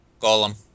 golem